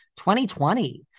2020